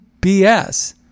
BS